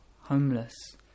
homeless